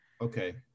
Okay